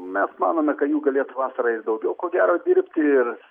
mes manome kad jų galėtų vasarą ir daugiau ko gero dirbti ir